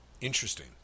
Interesting